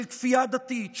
של כפייה דתית,